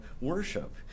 worship